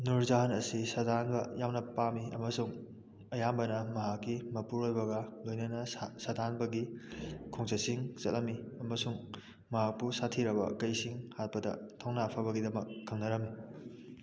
ꯅꯨꯔ ꯖꯥꯍꯟ ꯑꯁꯤ ꯁꯗꯥꯟꯕ ꯌꯥꯝꯅ ꯄꯥꯝꯏ ꯑꯃꯁꯨꯡ ꯑꯌꯥꯝꯕꯥꯅ ꯃꯍꯥꯛꯀꯤ ꯃꯄꯨꯔꯑꯣꯏꯕꯒ ꯂꯣꯏꯅꯅꯥ ꯁꯗꯥꯟꯕꯒꯤ ꯈꯣꯡꯆꯠꯁꯤꯡ ꯆꯠꯂꯝꯃꯤ ꯑꯃꯁꯨꯡ ꯃꯍꯥꯛꯄꯨ ꯁꯥꯊꯤꯔꯕ ꯀꯩꯁꯤꯡ ꯍꯥꯠꯄꯗ ꯊꯧꯅ ꯐꯥꯕꯒꯤꯗꯃꯛ ꯈꯪꯅꯔꯝꯃꯤ